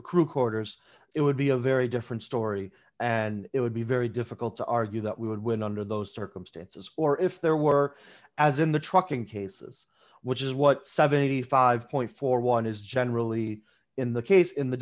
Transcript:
or crew quarters it would be a very different story and it would be very difficult to argue that we would win under those circumstances or if there were as in the trucking cases which is what seventy five point four one is generally in the case in the